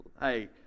Hey